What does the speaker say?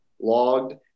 logged